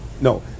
No